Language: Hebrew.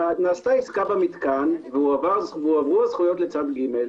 נעשתה עסקה במתקן, והועברו הזכויות לצד ג'.